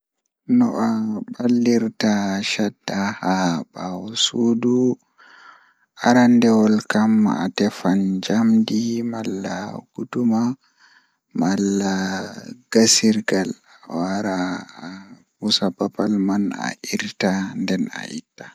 So aɗa waawi waɗde ngal, foti naatude ndiyam e goɗɗo ngam fuɗɗude caɗeele ngal. So foti ɗaɓɓude plunger, fiyaa keewal ngal ɓuri ɗum to hono walla ɗum rewti. Foti naatude plunger ngal no laawdi ngal. Tiiɗnde foti wakkili ngam heddude ngal